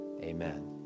amen